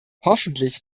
hoffentlich